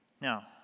Now